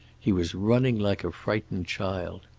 he was running like a frightened child.